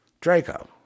draco